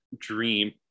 dream